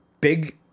big